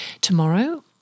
Tomorrow